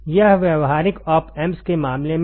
यह व्यावहारिक op amps के मामले हैं